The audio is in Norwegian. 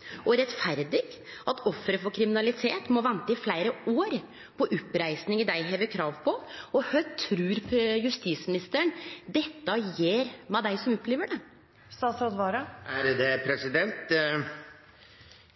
er verdig og rettferdig at offer for kriminalitet må vente i fleire år på oppreisninga dei har krav på, og kva trur justisministeren dette gjer med dei som opplever det?